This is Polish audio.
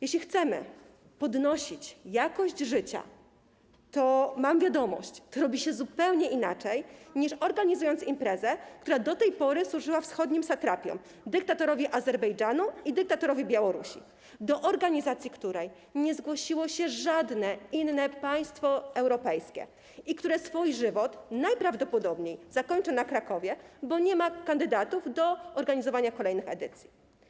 Jeśli chcemy podnosić jakość życia, to mam wiadomość: to robi się zupełnie inaczej, niż organizując imprezę, która do tej pory służyła wschodnim satrapom, dyktatorowi Azerbejdżanu i dyktatorowi Białorusi, do organizacji której nie zgłosiło się żadne inne państwo europejskie i która swój żywot najprawdopodobniej zakończy w Krakowie, bo nie ma kandydatów do organizowania kolejnych edycji.